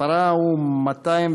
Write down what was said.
מספרה הוא 213,